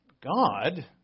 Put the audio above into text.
God